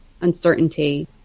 uncertainty